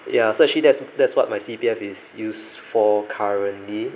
ya so actually that's that's what my C_P_F is used for currently